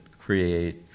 create